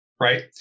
Right